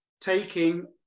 taking